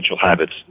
habits